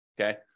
okay